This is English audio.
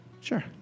sure